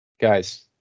guys